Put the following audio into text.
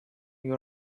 you